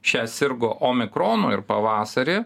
šią sirgo omikronu ir pavasarį